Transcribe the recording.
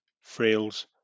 Frails